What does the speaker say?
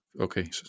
Okay